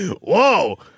Whoa